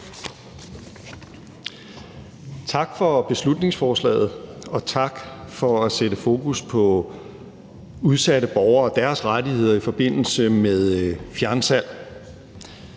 Tak for beslutningsforslaget, og tak for at sætte fokus på udsatte borgere og deres rettigheder i forbindelse med fjernsalg.